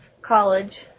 college